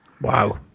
wow